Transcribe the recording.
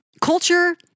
Culture